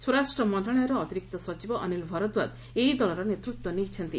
ସ୍ୱରାଷ୍ଟ୍ର ମନ୍ତ୍ରଣାଳୟର ଅତିରିକ୍ତ ସଚିବ ଅନିଲ୍ ଭରଦ୍ୱାଜ୍ ଏହି ଦଳର ନେତୃତ୍ୱ ନେଇଛନ୍ତି